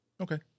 Okay